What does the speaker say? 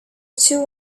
two